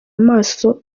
amaso